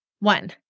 One